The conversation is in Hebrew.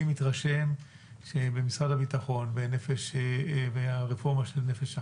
אני מתרשם שבמשרד הביטחון וברפורמה של "נפש אחת"